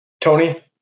Tony